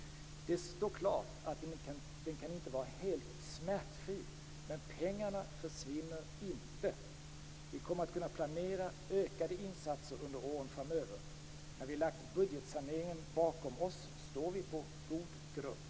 Det står klart att den inte kan vara helt smärtfri, men pengarna försvinner inte. Vi kommer att kunna planera ökade insatser under åren framöver. När vi lagt budgetsaneringen bakom oss står vi på god grund.